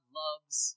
loves